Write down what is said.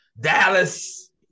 Dallas